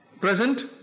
Present